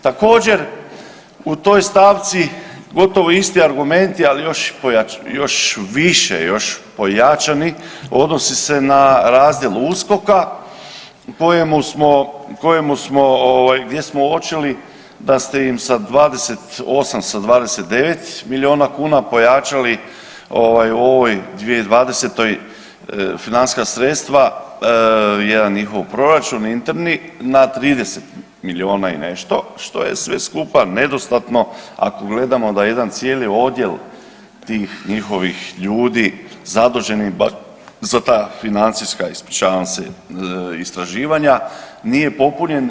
Također u toj stavci gotovo isti argumenti, ali još više, još pojačani odnosi se na razdjel USKOK-a, kojemu smo, gdje smo uočili da ste im sa 28, sa 29 milijuna kuna pojačali u ovoj 2020. financijska sredstva, jedan njihov proračun interni na 30 milijuna i nešto, što je sve skupa nedostatno ako gledamo da jedan cijeli odjel tih njihovih ljudi zaduženih za ta financijska, ispričavam se, istraživanja nije popunjen.